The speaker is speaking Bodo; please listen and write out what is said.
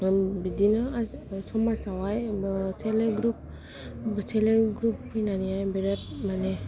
बिदिनो समाज आवहाय सेल्प हेल्प ग्रुप फैनानैहाय बिराथ माने